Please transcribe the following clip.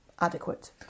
adequate